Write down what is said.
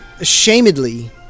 ashamedly